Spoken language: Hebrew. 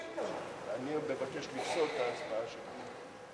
אני עוד אבקש לפסול את ההצבעה שלכם.